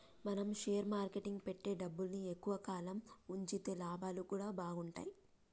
మనం షేర్ మార్కెట్టులో పెట్టే డబ్బుని ఎక్కువ కాలం వుంచితే లాభాలు గూడా బాగుంటయ్